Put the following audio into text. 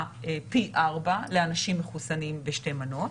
פי ארבעה לאנשים מחוסנים בשתי מנות.